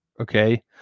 Okay